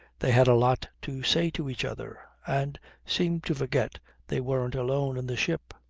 they had a lot to say to each other, and seemed to forget they weren't alone in the ship.